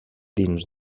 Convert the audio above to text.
dins